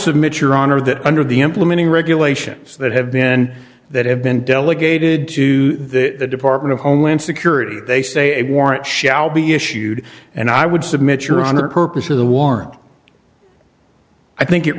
submit your honor that under the implementing regulations that have been that have been delegated to the department of homeland security they say a warrant shall be issued and i would submit your honor the purpose of the warrant i think it